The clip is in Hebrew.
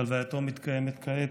שהלווייתו מתקיימת כעת,